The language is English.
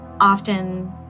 often